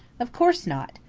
of course not.